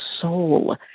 soul